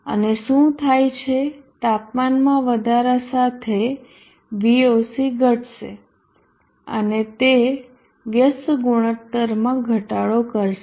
અને શું થાય છે તાપમાનમાં વધારા સાથે Voc ઘટશે અને તે વ્યસ્ત ગુણોત્તરમાં ઘટાડો કરશે